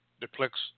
depicts